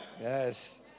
Yes